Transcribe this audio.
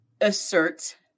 assert